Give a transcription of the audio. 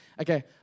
Okay